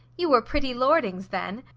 you were pretty lordings then.